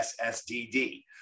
SSDD